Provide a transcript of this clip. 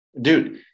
dude